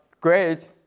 great